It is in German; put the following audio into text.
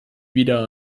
wieder